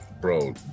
Bro